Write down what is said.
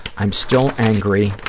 i'm still angry